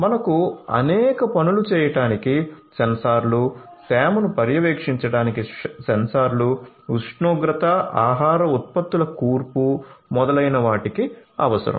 మనకు అనేక పనులు చేయడానికి సెన్సార్లు తేమను పర్యవేక్షించడానికి సెన్సార్లు ఉష్ణోగ్రత ఆహార ఉత్పత్తుల కూర్పు మరియు మొదలైనవ వాటికి అవసరం